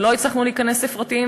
ולא הצלחנו להיכנס לפרטים,